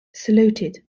saluted